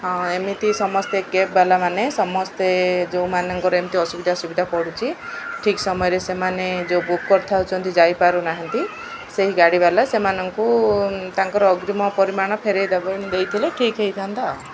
ହଁ ଏମିତି ସମସ୍ତେ କ୍ୟାବାବାଲା ମାନେ ସମସ୍ତେ ଯେଉଁମାନଙ୍କର ଏମିତି ଅସୁବିଧା ସୁବିଧା ପଡ଼ୁଛି ଠିକ୍ ସମୟରେ ସେମାନେ ଯେଉଁ ବୁକ୍ କରିଥାଉଛନ୍ତି ଯାଇପାରୁନାହାନ୍ତି ସେହି ଗାଡ଼ି ବାଲା ସେମାନଙ୍କୁ ତାଙ୍କର ଅଗ୍ରୀମ ପରିମାଣ ଫେରେଇଦବେ ଦେଇଥିଲେ ଠିକ୍ ହେଇଥାନ୍ତା ଆଉ